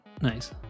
nice